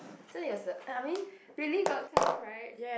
so it was a I I mean really got twelve right